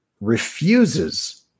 refuses